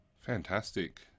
Fantastic